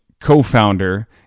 co-founder